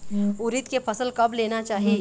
उरीद के फसल कब लेना चाही?